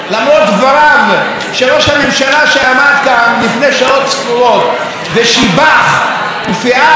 שעמד כאן לפני שעות ספורות ושיבח ופיאר את הדמוקרטיה הישראלית,